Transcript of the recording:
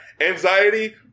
anxiety